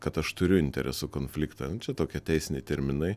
kad aš turiu interesų konfliktą nu čia tokie teisiniai terminai